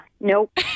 nope